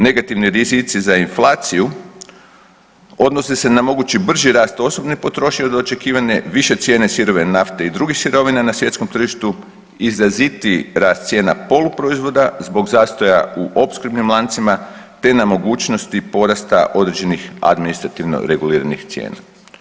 Negativni rizici za inflaciju odnose se na mogući brži rast osobne potrošnje od očekivane više cijene sirovine nafte i drugih sirovina na svjetskom tržištu, izrazitiji rast cijena poluproizvoda zbog zastoja u opskrbnim lancima te na mogućnosti porasta određenih administrativno reguliranih cijena.